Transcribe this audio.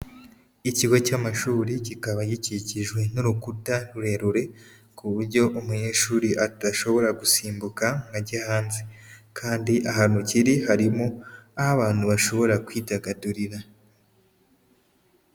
Ikigo cy'amashuri kikaba gikikijwe n'urukuta rurerure ku buryo umunyeshuri adashobora gusimbuka ngo ajye hanze. Kandi ahantu kiri harimo aho abantu bashobora kwidagadurira.